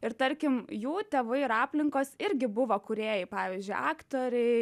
ir tarkim jų tėvai ir aplinkos irgi buvo kūrėjai pavyzdžiui aktoriai